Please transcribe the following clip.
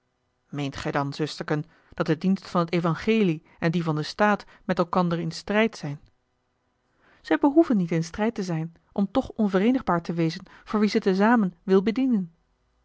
meent gij dan zusterken dat de dienst van t evangelie en die van den staat met elkander in strijd zijn zij behoeven niet in strijd te zijn om toch onvereenigbaar te wezen voor wie ze te zamen wil bedienen